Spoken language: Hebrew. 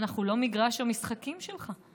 אנחנו לא מגרש המשחקים שלך.